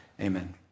Amen